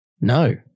No